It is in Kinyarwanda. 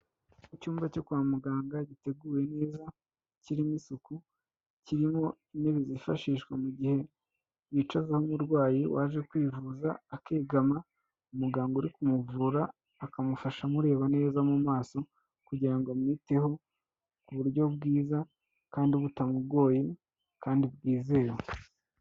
Icyumba cyo kwa muganga giteguwe neza, kirimo isuku, kirimo intebe zifashishwa mu gihe wicazamo uburwayi waje kwivuza akigama, umuganga uri kumuvura akamufasha amureba neza mu maso kugira ngo amwiteho ku buryo bwiza, kandi butamugoye, kandi bwizewe.